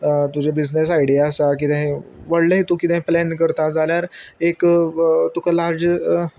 तुजे business idea आसा किदें व्हडलें तूं किदं प्लॅन करता जाल्यार एक तुका लार्ज